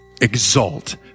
Exalt